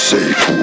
Safe